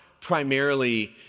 primarily